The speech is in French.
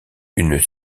une